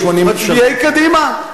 מצביעי קדימה,